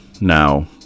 Now